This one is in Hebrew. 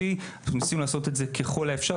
זה נושא שהשקענו בו רבות,